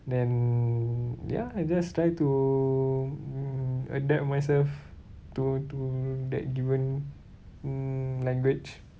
then ya I just try to mm adapt myself to to that given mm language